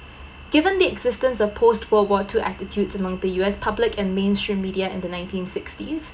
given the existence of post world war two attitudes among the U_S public and mainstream media in the nineteen sixties